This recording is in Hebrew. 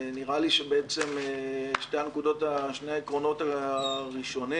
ונראה לי שבעצם שני העקרונות הראשונים